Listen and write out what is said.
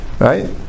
Right